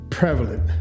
Prevalent